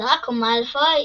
דראקו מאלפוי